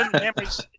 memories